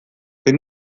zein